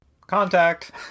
Contact